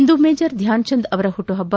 ಇಂದು Major Dhyan Chand ಅವರ ಹುಟ್ನುಹಬ್ಲ